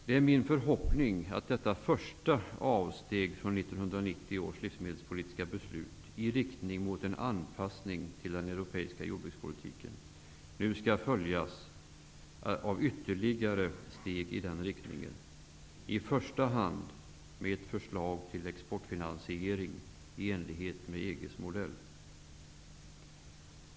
Det är min förhoppning att detta första avsteg från 1990 års livsmedelspolitiska beslut i riktning mot en anpassning till den europeiska jordbrukspolitiken skall följas av ytterligare steg i samma riktning. Jag hoppas i första hand på ett förslag till exportfinansiering i enlighet med EG:s modell.